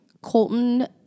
Colton